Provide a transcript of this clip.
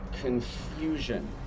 confusion